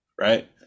right